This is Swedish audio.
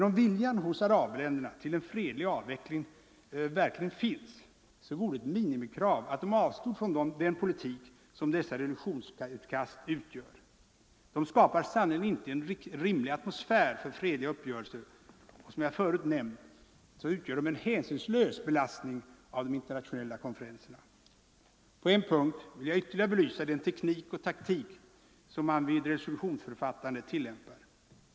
Om viljan hos arabländerna till en fredlig utveckling verkligen finns, så vore det dock ett minimikrav att de avstod från den politik som dessa försök till resolutioner utgör. De skapar sannerligen inte en rimlig atmosfär för fredliga uppgörelser, och som jag förut nämnt utgör de en hänsynslös belastning av de internationella konferenserna. På en punkt vill jag ytterligare belysa den teknik och taktik som tilllämpas vid resolutionsförfattandet.